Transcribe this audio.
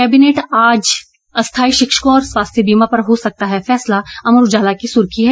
cabinet बैठक आज अस्थाई शिक्षकों और स्वास्थ्य बीमा पर हो सकता है फैसला अमर उजाला की सुर्खी है